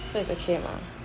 so it's okay or not